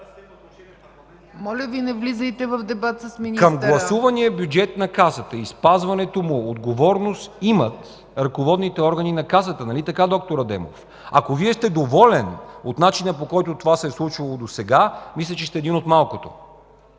Моля Ви, не влизайте в дебат с министъра! МИНИСТЪР ПЕТЪР МОСКОВ: Към гласувания бюджет на Касата и спазването му отговорност имат ръководните органи на касата, нали така, доктор Адемов? Ако Вие сте доволен от начина, по който това се е случвало досега, мисля, че сте един от малкото.